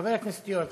חבר הכנסת יואל חסון.